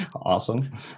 Awesome